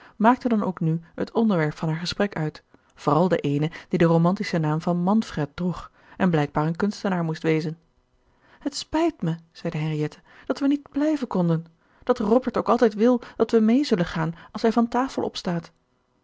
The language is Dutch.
maakten dan ook nu het onderwerp van haar gesprek uit vooral de eene die den romantischen naam van manfred droeg en blijkbaar een kunstenaar moest wezen t spijt me zeide henriette dat we niet blijven konden dat robert ook altijd wil dat we mee zullen gaan als hij van tafel opstaat